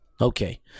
Okay